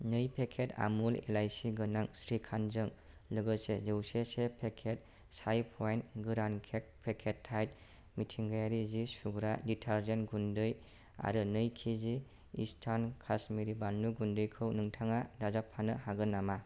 नै पेकेट आमुल एलाइसि गोनां श्रीखान्दजों लोगोसे जौसे से पेकेट चाय पइन्ट गोरान केक पेकेट टाइद मिथिंगायारि जि सुग्रा डिटारजेन्ट गुन्दै आरो नै केजि इस्टार्न काश्मिरि बानलु गुन्दैखौ नोंथाङा दाजाबफानो हागोन नामा